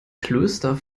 klöster